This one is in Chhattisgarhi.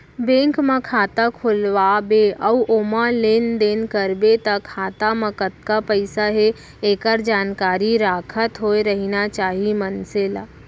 बेंक म खाता खोलवा बे अउ ओमा लेन देन करबे त खाता म कतका पइसा हे एकर जानकारी राखत होय रहिना चाही मनसे ल